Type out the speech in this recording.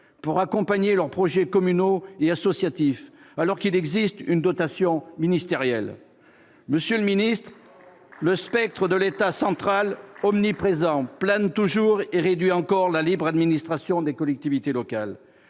pour accompagner leurs projets communaux et associatifs, alors qu'il existe une dotation ministérielle. Monsieur le ministre, le spectre de l'État central omniprésent plane toujours et réduit encore la libre administration des collectivités locales.